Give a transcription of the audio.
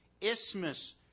isthmus